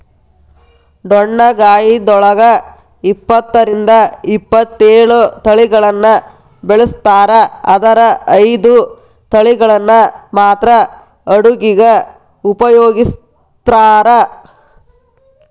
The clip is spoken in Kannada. ಡೊಣ್ಣಗಾಯಿದೊಳಗ ಇಪ್ಪತ್ತರಿಂದ ಇಪ್ಪತ್ತೇಳು ತಳಿಗಳನ್ನ ಬೆಳಿಸ್ತಾರ ಆದರ ಐದು ತಳಿಗಳನ್ನ ಮಾತ್ರ ಅಡುಗಿಗ ಉಪಯೋಗಿಸ್ತ್ರಾರ